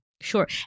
Sure